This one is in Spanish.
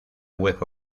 web